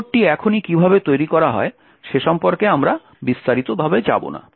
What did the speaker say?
shell কোডটি এখনই কীভাবে তৈরি করা হয় সে সম্পর্কে আমরা বিস্তারিতভাবে যাব না